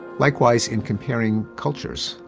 likewise, in comparing cultures,